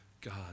God